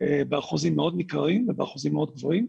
באחוזים מאוד ניכרים ובאחוזים מאוד גבוהים.